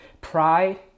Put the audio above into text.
pride